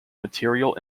material